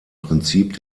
prinzip